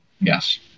Yes